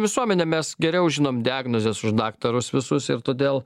visuomenė mes geriau žinom diagnozes už daktarus visus ir todėl